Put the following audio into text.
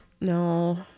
No